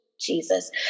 Jesus